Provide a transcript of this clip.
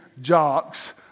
jocks